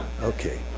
Okay